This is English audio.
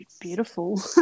beautiful